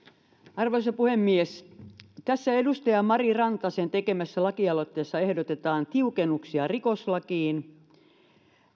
arvoisa puhemies tässä edustaja mari rantasen tekemässä lakialoitteessa ehdotetaan tiukennuksia rikoslakiin